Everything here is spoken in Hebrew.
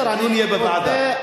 הדיון יהיה בוועדה.